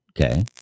Okay